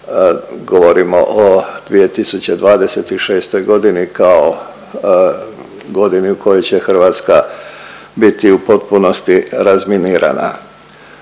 govorimo o 2026.g. kao godini u kojoj će Hrvatska biti u potpunosti razminirana.